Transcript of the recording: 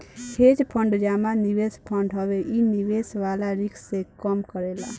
hedge fund जमा निवेश fund हवे इ निवेश वाला रिस्क के कम करेला